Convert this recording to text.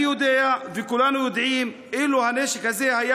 אני יודע וכולנו יודעים: אילו הנשק הזה היה